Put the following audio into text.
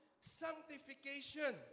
sanctification